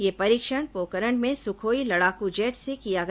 यह परीक्षण पोखरण में सुखोई लड़ाकू जेट से किया गया